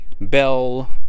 bell